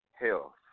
health